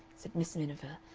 said miss miniver,